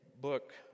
book